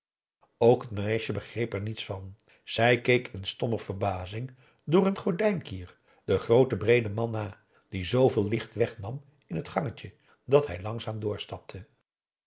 ook het meisje begreep er niets van zij keek in stomme verbazing door een gordijnkier den grooten breeden man na die zooveel licht wegnam in het gangetje dat hij langzaam